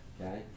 okay